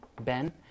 ben